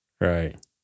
Right